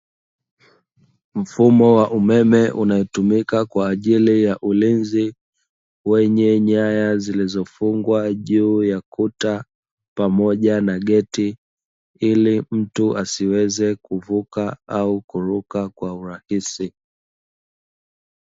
Mfumo wa umeme unaotumika kwaajli ya ulinzi, wenye nyaya zilizofungwa kwenye ukuta pamoja na geti ili mtu asiweze kuvuka au kuruka kwa urahisi.